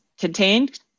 contained